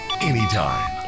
anytime